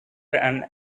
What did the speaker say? and